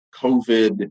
COVID